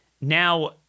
now